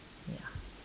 ya